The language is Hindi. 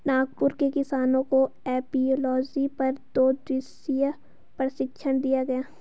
नागपुर के किसानों को एपियोलॉजी पर दो दिवसीय प्रशिक्षण दिया गया